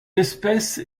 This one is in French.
espèce